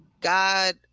God